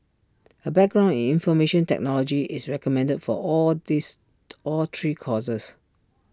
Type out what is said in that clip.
A background in information technology is recommended for all these all three courses